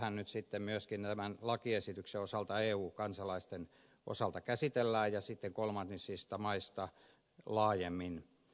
tätähän nyt tämän lakiesityksen osalta eu kansalaisten osalta käsitellään ja sitten kolmansista maista laajemmin